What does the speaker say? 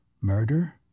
Murder